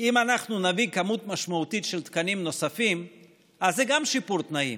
הוא שאם אנחנו נביא מספר משמעותי של תקנים נוספים אז זה גם שיפור תנאים.